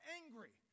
angry